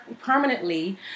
permanently